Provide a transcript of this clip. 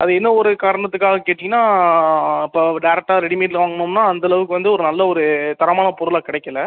அது என்ன ஒரு காரணத்துக்காக கேட்டீங்கன்னால் அப்போது டேரக்ட்டாக ரெடிமேடில் வாங்குனோம்னால் அந்த அளவுக்கு வந்து ஒரு நல்ல ஒரு தரமான பொருளாக கிடைக்கல